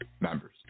members